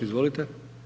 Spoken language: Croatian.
Izvolite.